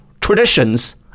traditions